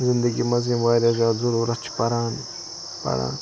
زِنٛدگی مَنٛز واریاہ ضروٗرَتھ چھِ پَران پَران